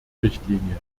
richtlinie